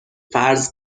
فرض